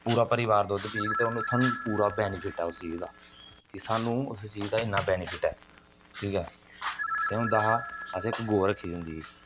पूरा परिवार दुद्ध पीग ते उ'नें उत्थू पूरा बेनीफिट ऐ उस चीज दा सानूं उस चीज दा इन्ना बेनीफिट ऐ ठीक ऐ स्हेई होंदा हा असें इक गै रक्खी दी होंदी